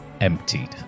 emptied